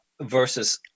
versus